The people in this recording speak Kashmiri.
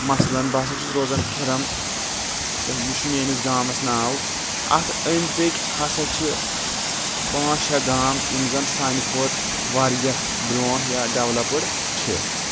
مثلن بہٕ ہسا چھُس روزن کھِرم یہِ چھُ میٲنِس گامس ناو اتھ أنٛدۍ پٔکۍ ہسا چھِ پانٛژھ شیٚے گام یِم زن سانہِ کھۄتہٕ واریاہ برونٛہہ یا ڈیٚولَپٕڈ چھِ